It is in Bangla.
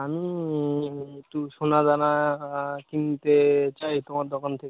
আমি একটু সোনা দানা কিনতে চাই তোমার দোকান থেকে